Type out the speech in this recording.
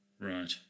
Right